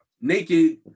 naked